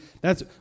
thats